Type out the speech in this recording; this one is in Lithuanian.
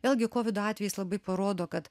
vėlgi kovido atvejis labai parodo kad